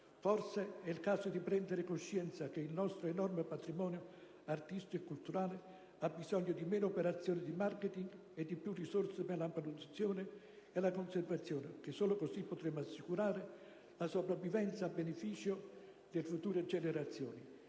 Forse è il caso di prendere coscienza che il nostro enorme patrimonio artistico e culturale ha bisogno di meno operazioni di *marketing* e di più risorse per la manutenzione e la conservazione, perché solo così potremo assicurare la sua sopravvivenza a beneficio delle future generazioni.